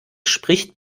spricht